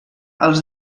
els